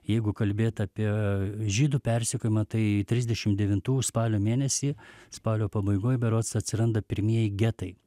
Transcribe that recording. jeigu kalbėt apie žydų persekiojimą tai trisdešim devintų spalio mėnesį spalio pabaigoj berods atsiranda pirmieji getai